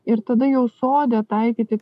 ir tada jau sode taikyti